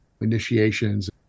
initiations